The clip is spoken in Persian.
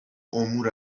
امور